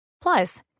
Plus